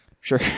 Sure